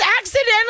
accidentally